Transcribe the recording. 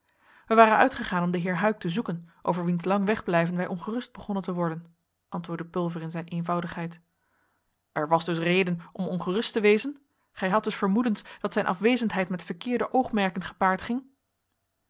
wij waren uitgegaan om den heer huyck te zoeken over wiens lang wegblijven wij ongerust begonnen te worden antwoordde pulver in zijn eenvoudigheid er was dus reden om ongerust te wezen gij hadt dus vermoedens dat zijn afwezendheid met verkeerde oogmerken gepaard ging